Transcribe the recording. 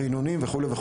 ריענונים וכולי.